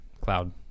Cloud